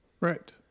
right